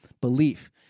belief